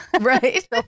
Right